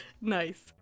Nice